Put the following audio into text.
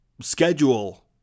schedule